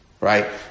right